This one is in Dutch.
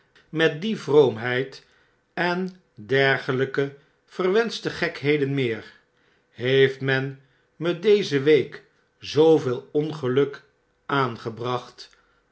met die vroomheid en dergelpe verwenschte gekheden meer heeft men me deze week zooveel ongelukaangebracht als